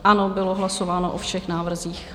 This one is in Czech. Ano, bylo hlasováno o všech návrzích.